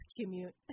commute